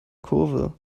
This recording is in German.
kurve